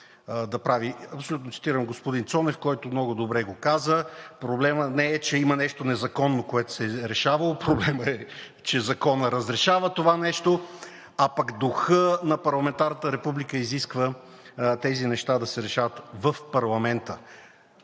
да прави – абсолютно цитирам господин Цонев, който много добре го каза. Проблемът не е, че има нещо незаконно, което се е решавало, проблемът е, че законът разрешава това нещо, а пък духът на парламентарната република изисква тези неща да се решават в парламента.